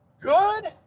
good